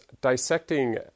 dissecting